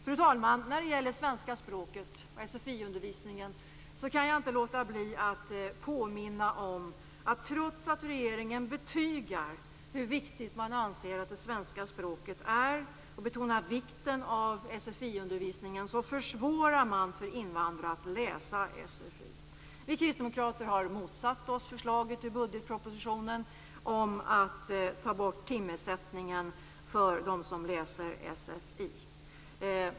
Fru talman! Jag kan inte låta bli att påminna om att regeringen försvårar för invandrare att läsa sfi, trots att man betygar hur viktigt man anser att det svenska språket är och betonar vikten av sfiundervisningen. Vi kristdemokrater har motsatt oss förslaget i budgetpropositionen om att ta bort timersättningen för dem som läser sfi.